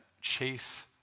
chase